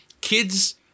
kids